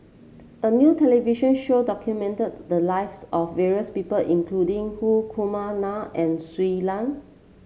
a new television show documented the lives of various people including Hri Kumar Nair and Shui Lan